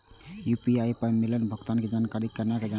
UPI पर मिलल भुगतान के जानकारी केना जानब?